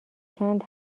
چند